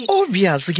obvious